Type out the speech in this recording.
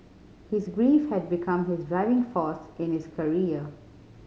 his grief had become his driving force in his career